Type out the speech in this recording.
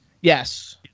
yes